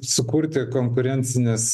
sukurti konkurencines